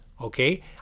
Okay